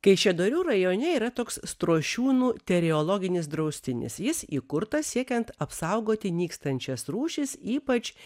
kaišiadorių rajone yra toks strošiūnų teriologinis draustinis jis įkurtas siekiant apsaugoti nykstančias rūšis ypač